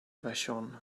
vashon